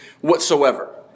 whatsoever